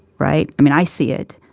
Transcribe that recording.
right? i mean, i see it.